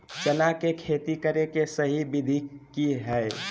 चना के खेती करे के सही विधि की हय?